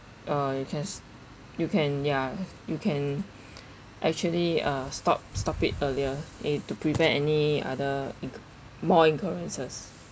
uh you can s~ ya you can actually uh stop stop it earlier eh to prevent any other inc~ more incurrences